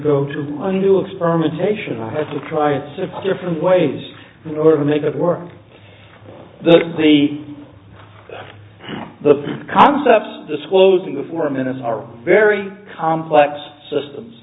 go to a new experimentation i had to try it six different ways in order to make it work the the the concepts disclosing the four minutes are very complex systems